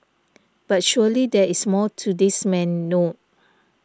but surely there is more to this man no